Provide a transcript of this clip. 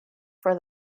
for